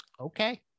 Okay